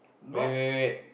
wait wait wait